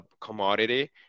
commodity